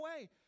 away